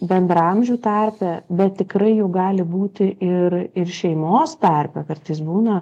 bendraamžių tarpe bet tikrai jų gali būti ir ir šeimos tarpe kartais būna